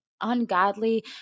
ungodly